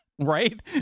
Right